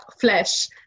flesh